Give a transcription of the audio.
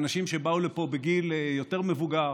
האנשים שבאו לפה בגיל יותר מבוגר